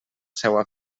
seua